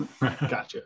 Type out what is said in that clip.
gotcha